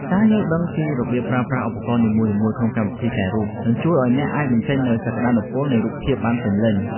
ការយល់ដឹងពីរបៀបប្រើប្រាស់ឧបករណ៍នីមួយៗក្នុងកម្មវិធីកែរូប នឹងជួយឱ្យអ្នកអាចបញ្ចេញនូវសក្តានុពលនៃរូបភាពបានពេញលេញ។